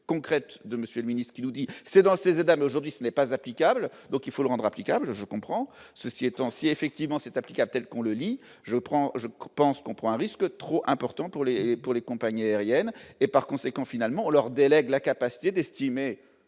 concrète de Monsieur le Ministre, nous dit : c'est dans ces États, mais aujourd'hui ce n'est pas applicable, donc il faut le rendre applicable, je comprends, ceci étant si effectivement c'est applicable telle qu'on le lit, je prends, je pense qu'on prend un risque trop important pour les, pour les compagnies aériennes et par conséquent, finalement on leur délègue la capacité d'estimer,